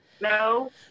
No